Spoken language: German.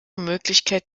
möglichkeit